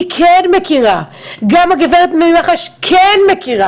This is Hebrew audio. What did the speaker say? היא כן מכירה, גם הגברת ממח"ש מכירה,